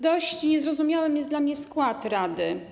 Dość niezrozumiały jest dla mnie skład rady.